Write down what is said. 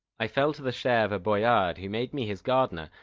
i fell to the share of a boyard who made me his gardener,